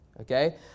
okay